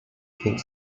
thinks